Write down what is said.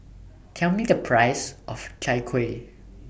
Tell Me The Price of Chai Kuih